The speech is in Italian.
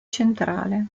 centrale